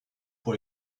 pour